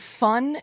fun